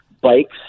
bikes